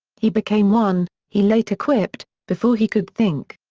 he became one, he later quipped, before he could think.